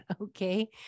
Okay